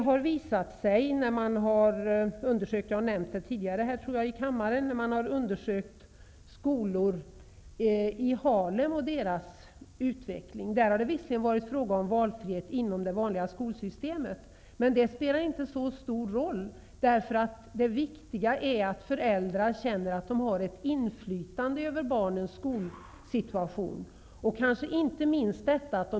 Jag tror att jag tidigare här i kammaren har talat om undersökningar som har gjorts av skolor i Harlem. Det har visserligen varit fråga om valfrihet inom det vanliga skolsystemet, men det spelar inte så stor roll. Det viktiga är att föräldrarna känner att de har ett inflytande över barnens skolsituation.